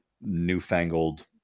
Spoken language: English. newfangled